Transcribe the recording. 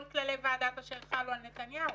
כל כללי ועדת אשר חלו על נתניהו